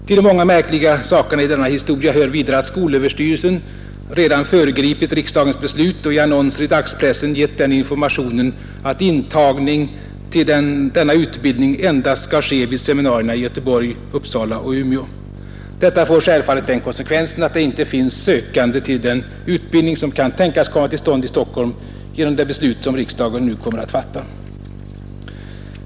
Till de många märkliga sakerna i denna historia hör vidare att skolöverstyrelsen redan föregripit riksdagens beslut och i annonser i dagspressen gett den informationen, att intagning till denna utbildning endast skall ske vid seminarierna i Göteborg, Uppsala och Umeå. Detta får självfallet den konsekvensen, att det inte finns sökande till den utbildning, som kan tänkas komma till stånd i Stockholm genom det beslut som riksdagen nu kommer att fatta.